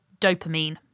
dopamine